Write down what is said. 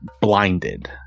blinded